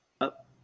up